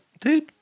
dude